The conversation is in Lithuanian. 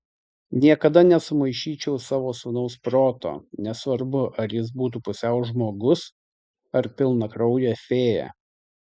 niekada nesumaišyčiau savo sūnaus proto nesvarbu ar jis būtų pusiau žmogus ar pilnakraujė fėja